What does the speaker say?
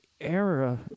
era